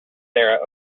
sarah